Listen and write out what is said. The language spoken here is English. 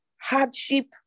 hardship